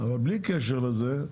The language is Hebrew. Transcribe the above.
אבל בלי קשר לזה,